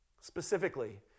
Specifically